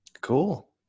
Cool